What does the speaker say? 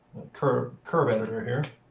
curve curve editor here.